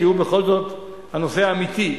כי הוא בכל זאת הנושא האמיתי.